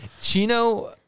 Chino